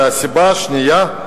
והסיבה השנייה,